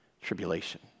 tribulation